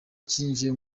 cyinjiye